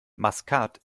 maskat